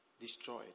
destroyed